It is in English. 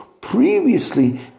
previously